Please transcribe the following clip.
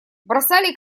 бросали